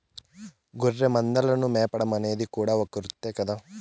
గొర్రెల మందలను మేపడం అనేది కూడా ఒక వృత్తే కదా